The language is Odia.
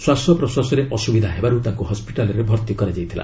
ଶ୍ୱାସପ୍ରଶ୍ୱାସରେ ଅସୁବିଧା ହେବାରୁ ତାଙ୍କୁ ହସ୍କିଟାଲ୍ରେ ଭର୍ତ୍ତି କରାଯାଇଥିଲା